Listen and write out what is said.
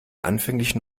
anfänglichen